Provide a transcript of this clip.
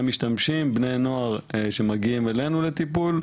משתמשים בני נוער שמגיעים אלינו לטיפול,